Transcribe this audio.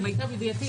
למיטב ידיעתי,